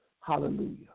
Hallelujah